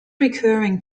recurring